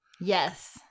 Yes